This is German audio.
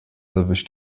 erwischt